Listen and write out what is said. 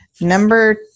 number